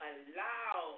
Allow